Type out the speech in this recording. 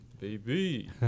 baby